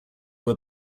were